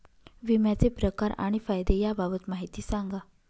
विम्याचे प्रकार आणि फायदे याबाबत माहिती सांगा